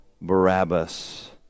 Barabbas